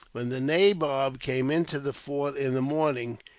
when the nabob came into the fort in the morning,